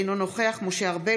אינו נוכח משה ארבל,